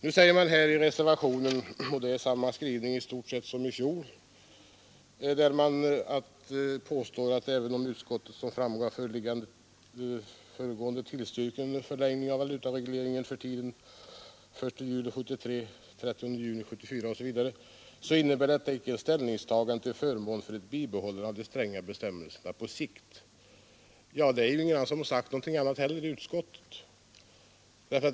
Reservanterna påstår följande — det är i stort sett samma skrivning som i fjol: ”Även om utskottet som framgått av det föregående tillstyrker en förlängning av valutaregleringen för tiden den 1 juli 1973—den 30 juni 1974 innebär detta intet ställningstagande till förmån för ett bibehållande av de stränga bestämmelserna på längre sikt.” Ja, det är ju ingen i utskottet som har sagt något annat heller.